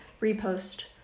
repost